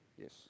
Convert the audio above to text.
yes